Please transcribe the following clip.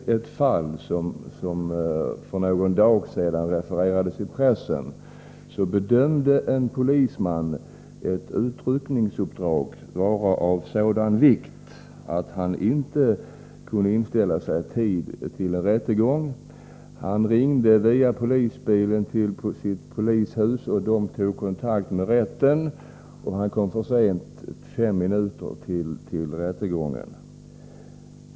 I ett fall som för några dagar sedan refererades i pressen bedömde en polisman ett utryckningsuppdrag vara av sådan vikt att han inte i rätt tid kunde inställa sig till en rättegång. Han ringde från polisbilen till polishuset, och man tog därifrån kontakt med rätten. Polismannen kom fem minuter för sent till rättegången.